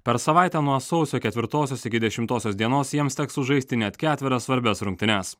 per savaitę nuo sausio ketvirtosios iki dešimtosios dienos jiems teks sužaisti net ketverias svarbias rungtynes